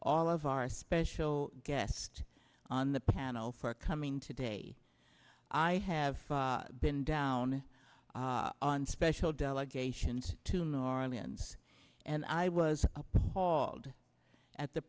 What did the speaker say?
all of our special guest on the panel for coming today i have been down on special delegations to new orleans and i was appalled at the